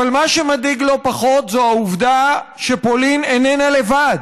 אבל מה שמדאיג לא פחות הוא העובדה שפולין איננה לבד.